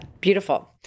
beautiful